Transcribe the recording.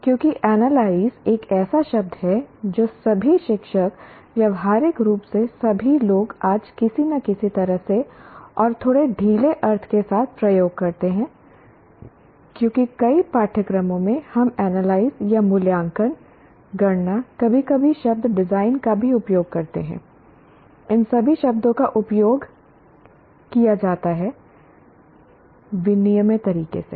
क्योंकि एनालाइज एक ऐसा शब्द है जो सभी शिक्षक व्यावहारिक रूप से सभी लोग आज किसी न किसी तरह से और थोड़े ढीले अर्थ के साथ प्रयोग करते हैं क्योंकि कई पाठ्यक्रमों में हम एनालाइज या मूल्यांकन गणना कभी कभी शब्द डिजाइन का भी उपयोग करते हैं इन सभी शब्दों का उपयोग किया जाता है विनिमेय तरीके से